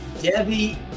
Debbie